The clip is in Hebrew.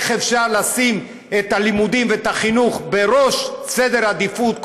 איך אפשר לשים את הלימודים ואת החינוך בראש סדר העדיפויות,